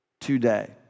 today